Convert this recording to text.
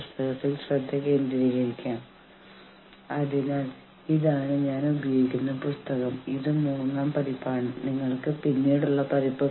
union organising പ്രക്രിയ ജീവനക്കാർ ഒരു യൂണിയനുമായി ചേർന്ന് പ്രവർത്തിക്കുമ്പോൾ സ്വയം ഒരു ഏകീകൃത ഗ്രൂപ്പായി രൂപീകരിക്കപ്പെടുമ്പോളാണ്